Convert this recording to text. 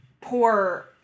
poor